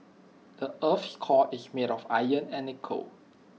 the Earth's core is made of iron and nickel